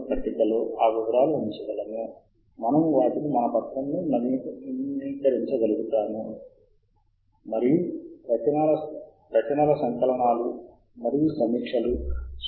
కొన్ని సార్లు మీరు తప్పు కీవర్డ్ మూలముగా క్షేత్రాలను తప్పుగా ఎంచుకుంటే అప్పుడు మీరు ఎదురుచూస్తున్న ప్రచురణ సంఖ్య సరిగ్గా మీకు రాకపోవచ్చు